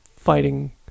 Fighting